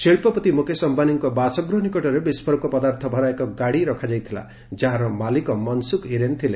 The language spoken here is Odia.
ଶିଳ୍ପପତି ମୁକେଶ ଅମ୍ଘାନୀଙ୍କ ବାସଗୃହ ନିକଟରେ ବିସ୍ଫୋରକ ପଦାର୍ଥ ଭରା ଏକ ଗାଡ଼ି ରଖାଯାଇଥିଲା ଯାହାର ମାଲିକ ମନସୁଖ ହିରେନ ଥିଲେ